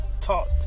taught